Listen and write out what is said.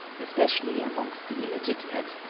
especially amongst the illegitimate,